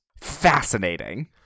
fascinating